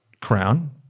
crown